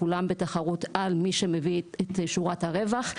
כולם בתחרות על מי שמביא את שורת הרווח,